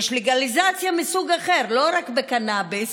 יש לגליזציה מסוג אחר, לא רק בקנביס,